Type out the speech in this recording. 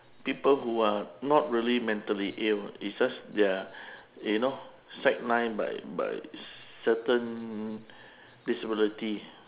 people who are not really mentally ill it's just they're you know sideline by by certain disability